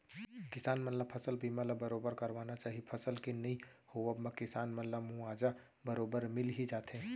किसान मन ल फसल बीमा ल बरोबर करवाना चाही फसल के नइ होवब म किसान मन ला मुवाजा बरोबर मिल ही जाथे